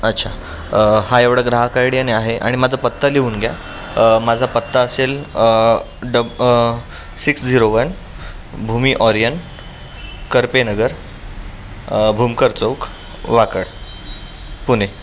अच्छा हा एवढा ग्राहक आय डियाने आहे आणि माझा पत्ता लिहून घ्या माझा पत्ता असेल डब six zero one Bhumi Orion Karpenagar Bhumkar चौक वाकड पुणे